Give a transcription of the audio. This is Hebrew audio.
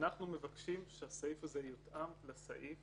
מבקשים שהסעיף הזה יותאם לסעיף